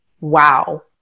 wow